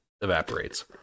evaporates